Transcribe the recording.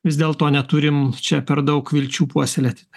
vis dėlto neturim čia per daug vilčių puoselėt į tai